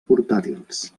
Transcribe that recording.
portàtils